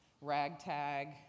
ragtag